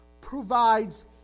provides